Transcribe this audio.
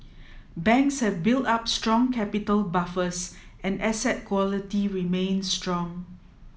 banks have built up strong capital buffers and asset quality remains strong